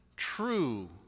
true